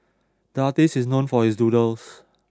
the artist is known for his doodles